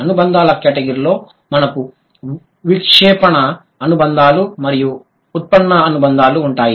అనుబంధాల కేటగిరీలో మనకు విక్షేపణ అనుబంధాలు మరియు ఉత్పన్న అనుబంధాలు ఉంటాయి